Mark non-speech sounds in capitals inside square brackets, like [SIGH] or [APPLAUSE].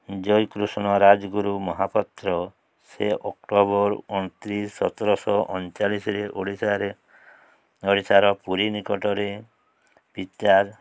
ଜୟକୃଷ୍ଣ ରାଜଗୁରୁ ମହାପାତ୍ର ସେ ଅକ୍ଟୋବର ଅଣତିରିଶ ସତରଶହ ଅଣଚାଳିଶରେ ଓଡ଼ିଶାରେ ଓଡ଼ିଶାର ପୁରୀ ନିକଟରେ [UNINTELLIGIBLE]